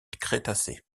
crétacé